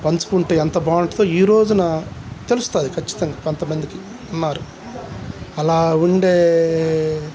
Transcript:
పంచుకుంటే ఎంత బాగుంటుందో ఈరోజున తెలుస్తుంది ఖచ్చితంగా కొంత మందికి ఉన్నారు అలా ఉండే